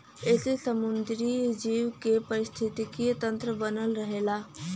एसे समुंदरी जीव के पारिस्थितिकी तन्त्र बनल रहला